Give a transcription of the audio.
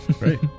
Right